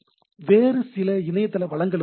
வேறு சில இணையதள வளங்களும் உள்ளன